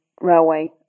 railway